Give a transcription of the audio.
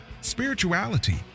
spirituality